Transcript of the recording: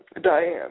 Diane